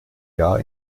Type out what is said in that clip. jahr